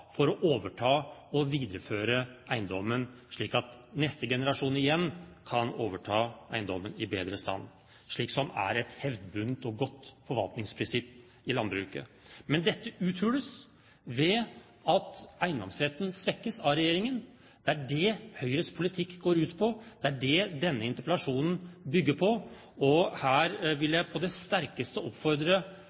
for å overta og videreføre eiendommen, slik at neste generasjon igjen kan overta eiendommen i bedre stand, som er et hevdvunnet og godt forvaltningsprinsipp i landbruket. Men dette uthules ved at eiendomsretten svekkes av regjeringen. Det er det Høyres politikk går ut på. Det er det denne interpellasjonen bygger på. Her vil jeg på det sterkeste oppfordre